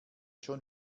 schon